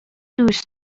دوست